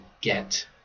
get